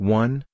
one